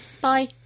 Bye